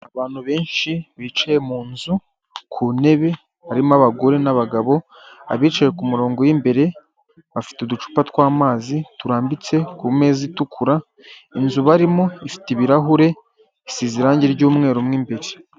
Abantu benshi bicaye mu nzu ku ntebe harimo abagore n'abagabo, abicaye ku ku murongo w'imbere bafite uducupa tw'amazi turambitse ku meza itukura, inzu barimo ifite ibirahure isize irangi ry'umweru mu imbere.